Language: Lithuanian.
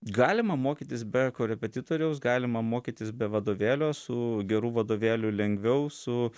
galima mokytis be korepetitoriaus galima mokytis be vadovėlio su geru vadovėliu lengviau su